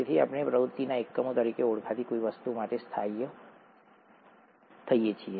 તેથી આપણે પ્રવૃત્તિના એકમો તરીકે ઓળખાતી કોઈ વસ્તુ માટે સ્થાયી થઈએ છીએ